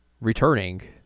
returning